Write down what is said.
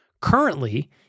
Currently